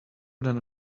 than